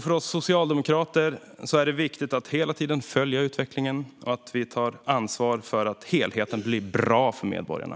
För oss socialdemokrater är det viktigt att hela tiden följa utvecklingen och ta ansvar för att helheten blir bra för medborgarna.